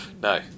no